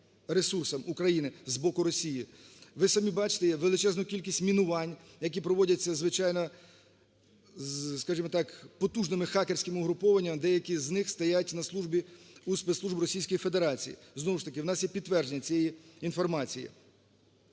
ресурсам України з боку Росії. Ви самі бачите величезну кількість "мінувань", які проводяться, звичайно, скажемо так, потужними хакерськими угрупуваннями, деякі з них стоять на службі у спецслужб Російської Федерації, знов ж таки, в нас є підтвердження цієї інформації.